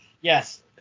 Yes